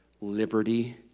liberty